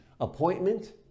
appointment